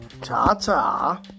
Ta-ta